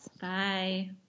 Bye